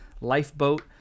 Lifeboat